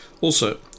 Also